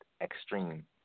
Extreme